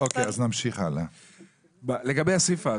לגבי הסיפה,